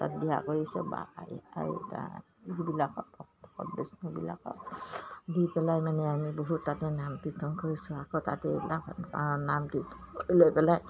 তাত দিহা কৰিছে বিষ্ণুবিলাকত দি পেলাই মানে আমি বহুত তাতে নাম কীৰ্তন কৰিছোঁ আকৌ তাতে এইবিলাক নাম কীৰ্তন কৰি লৈ পেলাই